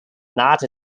not